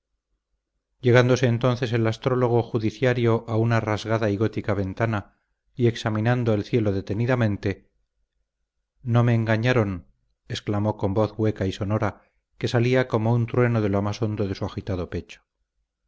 llegándose entonces el astrólogo judiciario a una rasgada y gótica ventana y examinando el cielo detenidamente no me engañaron exclamó con voz hueca y sonora que salía como un trueno de lo más hondo de su agitado pecho